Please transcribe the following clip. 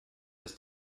das